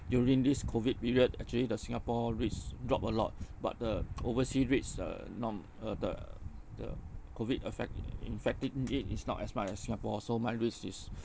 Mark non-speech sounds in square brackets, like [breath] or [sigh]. during this COVID period actually the singapore REITs drop a lot [breath] but the [noise] oversea REITs uh nom~ uh the the COVID affect~ affecting it is not as much as singapore so my REITs is